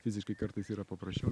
fiziškai kartais yra paprasčiau